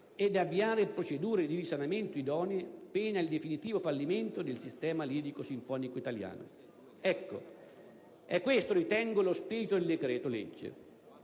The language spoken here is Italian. ed avviare procedure di risanamento idonee, pena il definitivo fallimento del sistema lirico-sinfonico italiano. Ecco, è questo - ritengo - lo spirito del decreto-legge